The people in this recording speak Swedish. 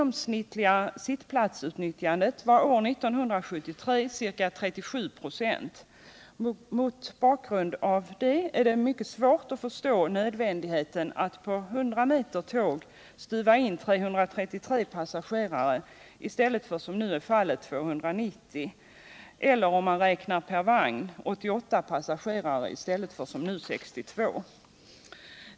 Mot bakgrund av detta är det svårt att förstå nödvändigheten av att på 100 m tåg stuva in 333 passagerare i stället för som nu är fallet 290 passagerare eller — om man räknar per vagn — 88 passagerare i stället för som nu 62 passagerare.